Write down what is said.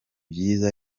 byiza